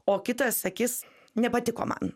o kitas sakys nepatiko man